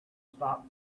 stop